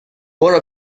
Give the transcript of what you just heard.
برو